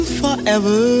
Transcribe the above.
forever